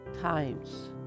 times